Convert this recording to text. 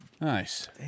Nice